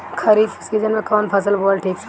खरीफ़ season में कौन फसल बोअल ठिक रहेला ह?